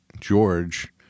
George